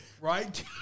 Right